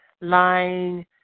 lying